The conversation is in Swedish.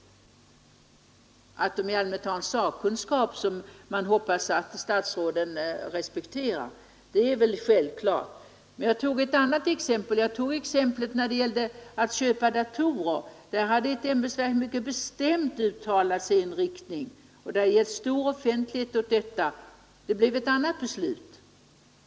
Att ämbetsverken i allmänhet har en sakkunskap, som man hoppas att statsråden respekterar, är självklart. Men jag tog ett annat exempel — det gällde köp av datorer. Där hade ett ämbetsverk mycket bestämt uttalat sig i en riktning och det hade getts stor offentlighet åt detta. Det blev ett annat beslut.